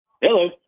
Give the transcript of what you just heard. Hello